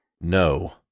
No